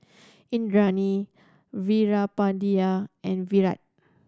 Indranee Veerapandiya and Virat